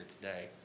today